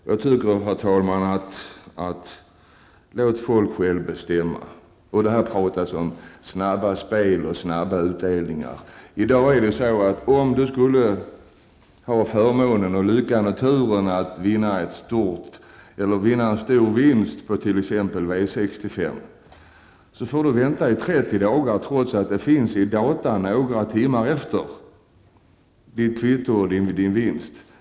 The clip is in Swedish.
Jag tycker, herr talman, att vi skall låta människorna själva bestämma. Här talas det om snabba spel och snabba utdelningar. I dag är det så att om du skulle ha förmånen, lyckan och turen att vinna en stor vinst på t.ex. V65, så får du vänta i 30 dagar på vinsten, trots att resultatet finns registrerat i datorn någon timme efter.